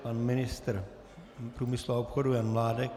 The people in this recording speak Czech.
Pan ministr průmyslu a obchodu Jan Mládek.